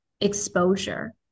exposure